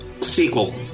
sequel